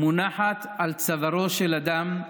מונחת על צווארו של אדם,